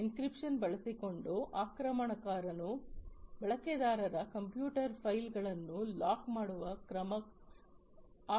encryption ಬಳಸಿಕೊಂಡು ಆಕ್ರಮಣಕಾರನು ಬಳಕೆದಾರರ ಕಂಪ್ಯೂಟರ್ ಫೈಲ್ಗಳನ್ನು ಲಾಕ್ ಮಾಡುವ